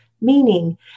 meaning